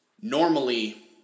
normally